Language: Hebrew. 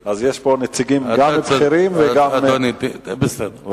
אז יש פה נציגים, גם בכירים וגם, אדוני, בסדר.